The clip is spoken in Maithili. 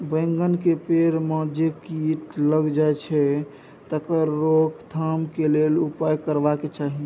बैंगन के पेड़ म जे कीट लग जाय छै तकर रोक थाम के लेल की उपाय करबा के चाही?